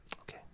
Okay